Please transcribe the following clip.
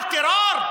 על טרור?